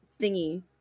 thingy